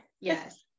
Yes